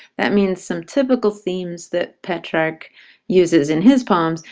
that means some typical themes that petrarch uses in his poems,